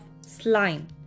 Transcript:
slime